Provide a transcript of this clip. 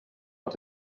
els